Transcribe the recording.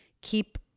keep